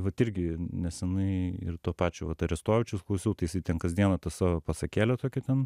vat irgi nesenai ir to pačio vat arestovičiaus klausiau tai jisai ten kas dieną tą savo pasakėlę tokią ten